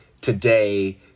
today